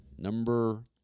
Number